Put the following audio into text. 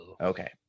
okay